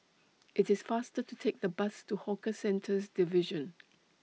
IT IS faster to Take The Bus to Hawker Centres Division